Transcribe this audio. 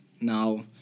now